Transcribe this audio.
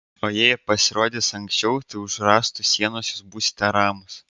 o jei ir pasirodys anksčiau tai už rąstų sienos jūs būsite ramūs